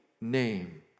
name